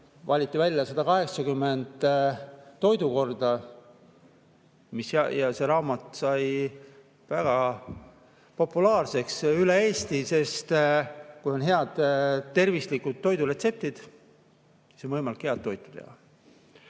valiti välja 180 toidukorda. See raamat sai väga populaarseks üle Eesti, sest kui on head tervisliku toidu retseptid, siis on võimalik head toitu teha.